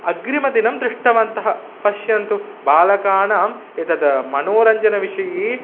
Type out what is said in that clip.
अग्रिमदिनं दृष्टवन्तः पश्यन्तु बालकानाम् एतद् मनोरञ्चनविषये